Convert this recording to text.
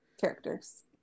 characters